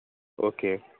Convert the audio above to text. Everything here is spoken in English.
okay